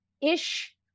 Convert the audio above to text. ish